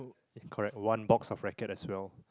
correct one box of rackets as well